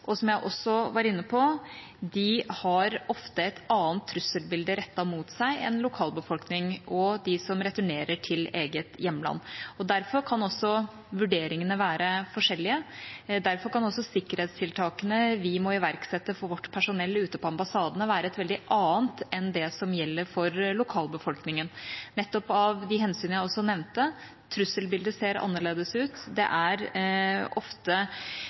og som jeg også var inne på, har de ofte et annet trusselbilde rettet mot seg enn lokalbefolkningen og de som returnerer til eget hjemland. Derfor kan også vurderingene være forskjellige. Sikkerhetstiltakene vi må iverksette for vårt personell ute på ambassadene, kan derfor også være noe veldig annet enn det som gjelder for lokalbefolkningen, nettopp av de hensyn jeg også nevnte. Trusselbildet ser annerledes ut, det er ofte